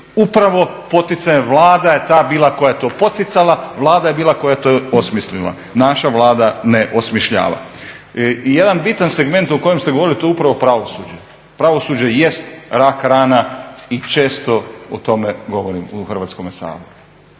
Upravo poticanjem, Vlada je ta bila koja je to poticala, Vlada je bila koja je to osmislila. Naša Vlada ne osmišljava. I jedan bitan segment o kojem ste govorili, to je upravo pravosuđe. Pravosuđe jest rak, rana i često o tome govorim u Hrvatskome saboru.